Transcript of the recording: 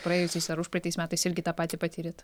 praėjusiais ar užpraeitais metais irgi tą patį patyrėt